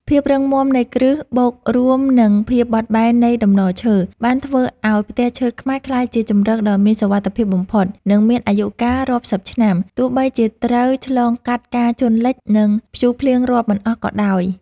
ភាពរឹងមាំនៃគ្រឹះ បូករួមនឹងភាពបត់បែននៃតំណឈើ បានធ្វើឱ្យផ្ទះឈើខ្មែរក្លាយជាជម្រកដ៏មានសុវត្ថិភាពបំផុត និងមានអាយុកាលរាប់សិបឆ្នាំ ទោះបីជាត្រូវឆ្លងកាត់ការជន់លិច និងព្យុះភ្លៀងរាប់មិនអស់ក៏ដោយ។